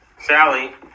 Sally